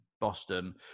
Boston